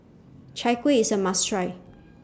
Chai Kueh IS A must Try